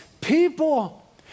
people